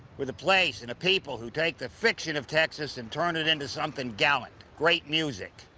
with a place and a people who take the fiction of texas and turn it into something gallant great music.